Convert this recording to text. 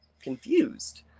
Confused